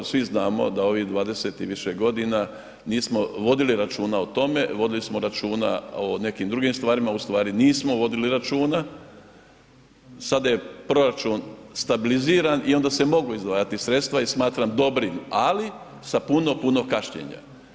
Svi znamo da ovih 20 i više godina nismo vodili računa o tome, vodili smo računa o nekim drugim stvarima ustvari nismo vodili računa, sada je proračun stabiliziran i onda se mogu izdvajati sredstva i smatram dobrim, ali sa puno, puno, kašnjenja.